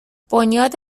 بنیاد